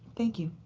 thank you.